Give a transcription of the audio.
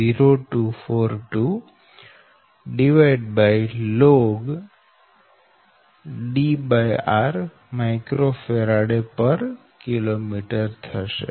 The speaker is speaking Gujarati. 0242log D r µFkm થશે